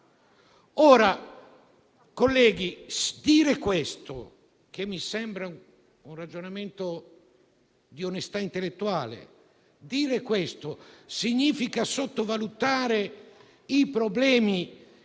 Ora, colleghi, dire questo, che mi sembra un ragionamento di onestà intellettuale, significa sottovalutare i problemi